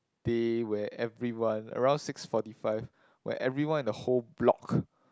day where everyone around six forty five where everyone in the whole block